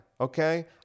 Okay